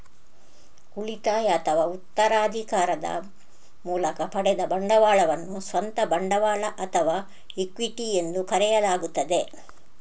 ಉಳಿತಾಯ ಅಥವಾ ಉತ್ತರಾಧಿಕಾರದ ಮೂಲಕ ಪಡೆದ ಬಂಡವಾಳವನ್ನು ಸ್ವಂತ ಬಂಡವಾಳ ಅಥವಾ ಇಕ್ವಿಟಿ ಎಂದು ಕರೆಯಲಾಗುತ್ತದೆ